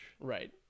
right